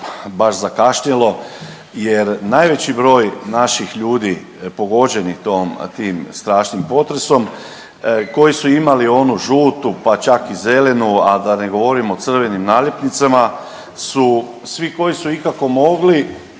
baš zakašnjelo jer najveći broj naših ljudi pogođenih tim strašnim potresom koji su imali onu žutu, pa čak i zelenu, a da ne govorim o crvenim naljepnicama su svi koji su ikako mogli